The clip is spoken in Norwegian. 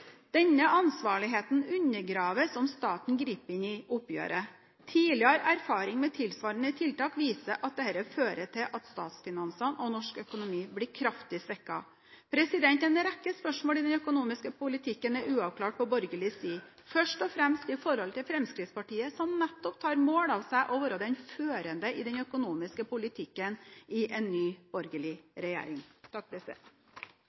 Denne ansvarligheten undergraves om staten griper inn i oppgjøret. Tidligere erfaring med tilsvarende tiltak viser at dette fører til at statsfinansene og norsk økonomi blir kraftig svekket. En rekke spørsmål i den økonomiske politikken er uavklart på borgerlig side, først og fremst når det gjelder Fremskrittspartiet, som nettopp tar mål av seg å være førende i den økonomiske politikken i en ny borgerlig